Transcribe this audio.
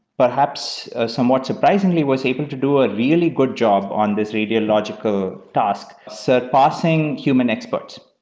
perhaps somewhat surprisingly, was able to do a really good job on this radiological task surpassing human experts.